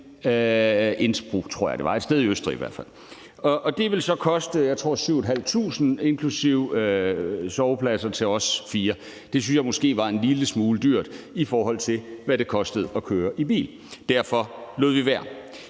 i Østrig. Det ville så koste 7.500 kr. inklusive sovepladser til os fire, og det synes jeg måske var en lille smule dyrt, i forhold til hvad det kostede at køre i bil; derfor lod vi være.